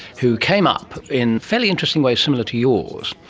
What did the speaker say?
who came up in fairly interesting ways similar to yours,